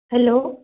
hello